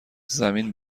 زمین